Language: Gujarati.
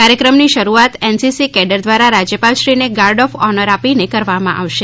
કાર્યક્રમની શરૂઆત એનસીસી કૅડર દ્વારા રાજ્યપાલ શ્રી ને ગાર્ડ ઑફ ઓનર આપીને કરવામાં આવશે